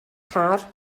car